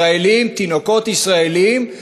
ישראלים, תינוקות ישראלים,